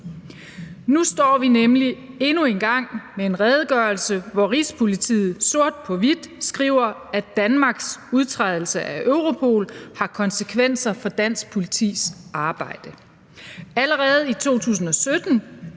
Nu står vi nemlig endnu en gang med en redegørelse, hvor Rigspolitiet sort på hvidt skriver, at Danmarks udtrædelse af Europol har konsekvenser for dansk politis arbejde. Allerede i 2017,